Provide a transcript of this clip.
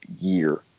year